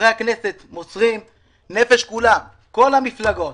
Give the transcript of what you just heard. חברי הכנסת --- כל המפלגות,